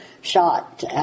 shot